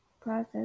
process